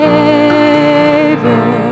Savior